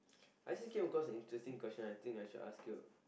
I just came across an interesting question I think I should ask you